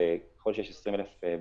וככל שיש 20,000 בקשות,